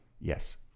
Yes